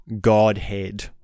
Godhead